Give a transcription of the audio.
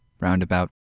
roundabout